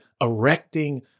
erecting